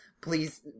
Please